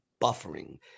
Buffering